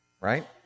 right